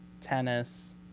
tennis